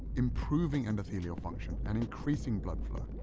improving endothelial function and increasing blood flow.